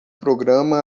programa